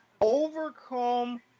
overcome